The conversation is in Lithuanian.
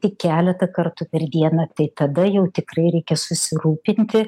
tik keletą kartų per dieną tai tada jau tikrai reikia susirūpinti